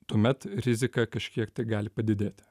tuomet rizika kažkiek tai gali padidėti